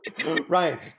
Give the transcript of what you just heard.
Ryan